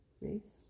Race